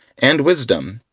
and wisdom,